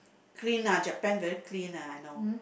clean lah Japan very clean lah I know